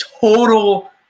total